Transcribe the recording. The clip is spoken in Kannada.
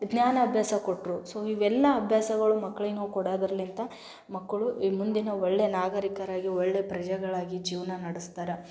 ಜ್ಞಾನಾಭ್ಯಾಸ ಕೊಟ್ರೂ ಸೊ ಇವೆಲ್ಲ ಅಭ್ಯಾಸಗಳು ಮಕ್ಳಿಗೆ ನಾವು ಕೊಡೋದ್ರಲ್ಲಿಂದ ಮಕ್ಕಳು ಈ ಮುಂದಿನ ಒಳ್ಳೆಯ ನಾಗರಿಕರಾಗಿ ಒಳ್ಳೆಯ ಪ್ರಜೆಗಳಾಗಿ ಜೀವನ ನಡೆಸ್ತಾರೆ